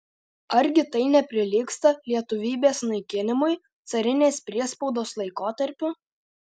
argi tai neprilygsta lietuvybės naikinimui carinės priespaudos laikotarpiu